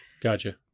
Gotcha